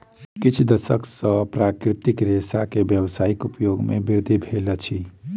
किछ दशक सॅ प्राकृतिक रेशा के व्यावसायिक उपयोग मे वृद्धि भेल अछि